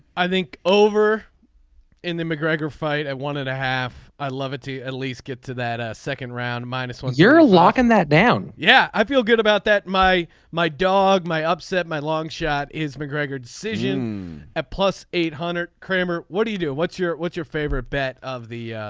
i think over in the mcgregor fight at one and a half i love it t at least get to that ah second round minus one you're locking that down. yeah i feel good about that my my dog my upset my longshot is mcgregor decision plus eight hundred. kramer what do you do. what's your what's your favorite bet of the.